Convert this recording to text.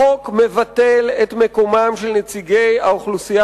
החוק מבטל את מקומם של נציגי האוכלוסייה